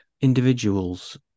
individuals